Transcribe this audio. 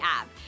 app